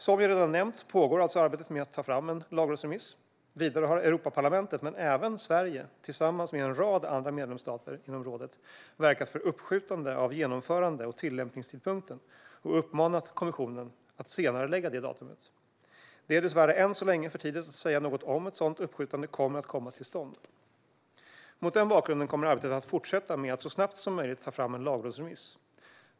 Som jag redan nämnt pågår alltså arbetet med att ta fram en lagrådsremiss. Vidare har Europaparlamentet men även Sverige tillsammans med en rad andra medlemsstater inom rådet verkat för ett uppskjutande av genomförande och tillämpningstidpunkten och uppmanat kommissionen att senarelägga det datumet. Det är dessvärre än så länge för tidigt att säga något om huruvida ett sådant uppskjutande kommer att komma till stånd. Mot den bakgrunden kommer arbetet att fortsätta med att så snabbt som möjligt ta fram en lagrådsremiss.